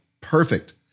perfect